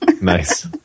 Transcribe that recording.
Nice